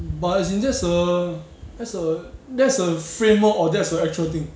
but as in that's a that's a that's a framework or that's a actual thing